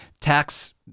tax